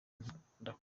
ndakomeza